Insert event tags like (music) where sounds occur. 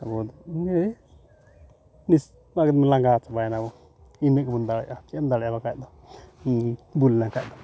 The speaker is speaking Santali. (unintelligible) ᱞᱟᱜᱟ ᱪᱟᱵᱟ ᱭᱮᱱᱟᱵᱚ ᱤᱱᱟᱹ ᱜᱮᱵᱚᱱ ᱫᱟᱲᱮᱭᱟᱜ ᱪᱮᱫ ᱮᱢ ᱫᱟᱲᱮᱭᱟᱜ ᱼᱟ ᱵᱟᱠᱷᱟᱱ ᱫᱚ ᱧᱩ ᱵᱩᱞ ᱞᱮᱱ ᱠᱷᱟᱱ ᱫᱚ